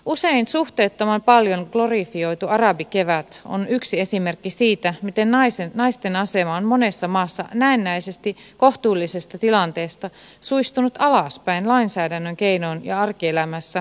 usein suhteettoman paljon glorifioitu arabikevät on yksi esimerkki siitä miten naisten asema on monessa maassa näennäisesti kohtuullisesta tilanteesta suistunut alaspäin lainsäädännön keinoin ja arkielämässä kulttuurisessa ilmapiirissä